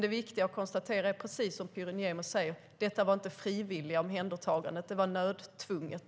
Det viktiga är att konstatera - precis som Pyry Niemi säger - att detta inte var frivilliga omhändertaganden. Det var nödtvunget.